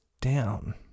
down